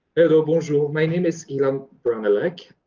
and but my name is kealan branellec.